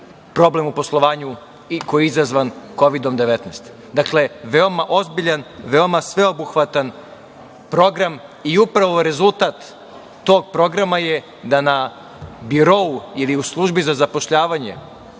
problem u poslovanju i koji je izazvan COVID-19?Dakle, veoma ozbiljan, veoma sveobuhvatan program i upravo rezultat tog programa je da na birou ili u Službi za zapošljavanje